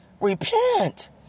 Repent